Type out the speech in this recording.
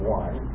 one